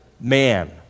man